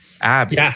Abby